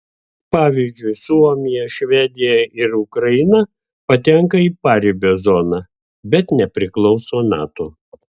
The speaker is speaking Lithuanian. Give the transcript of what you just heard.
pavyzdžiui suomija švedija ir ukraina patenka į paribio zoną bet nepriklauso nato